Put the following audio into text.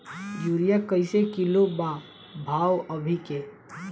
Urea कइसे kilo बा भाव अभी के?